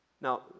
Now